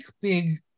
big